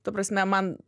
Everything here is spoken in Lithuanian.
ta prasme man